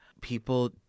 people